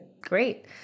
Great